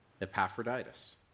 Epaphroditus